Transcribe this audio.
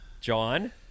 John